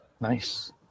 Nice